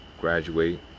graduate